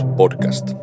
podcast